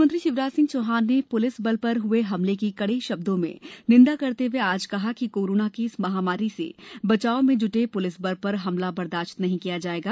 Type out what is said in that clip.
मुख्यमंत्री शिवराज सिंह चौहान ने पुलिस बल पर हए हमले की कडे शब्दों में निंदा करते हुए आज कहा कि कोरोना की इस महामारी से बचाव में जुटे पुलिस बल पर हमला बर्दाश्त नहीं किया जाएगा